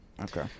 Okay